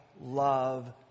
love